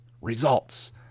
results